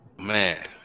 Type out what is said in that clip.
Man